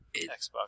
Xbox